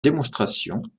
démonstration